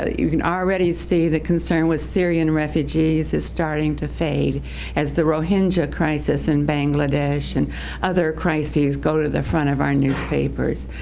ah you can already see the concern with syrian refugees is starting to fade as the rohingya crisis in bangladesh and other crises go to the front of our newspapers,